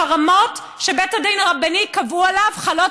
החרמות שבית הדין הרבני קבע עליו חלות